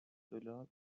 دلار